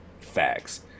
facts